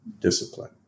discipline